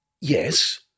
yes